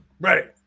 ready